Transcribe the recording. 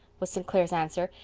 was st. clair's answer,